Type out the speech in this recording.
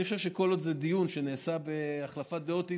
כל עוד זה דיון שנעשה בהחלפת דעות ענייניות,